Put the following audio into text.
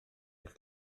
eich